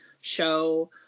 show